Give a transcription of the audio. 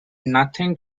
nothing